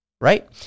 Right